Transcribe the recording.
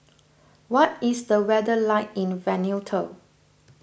what is the weather like in Vanuatu